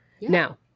Now